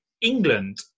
England